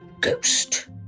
ghost